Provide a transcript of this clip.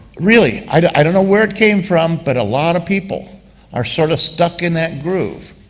really, i don't know where it came from, but a lot of people are sort of stuck in that groove.